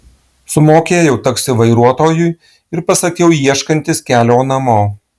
sumokėjau taksi vairuotojui ir pasakiau ieškantis kelio namo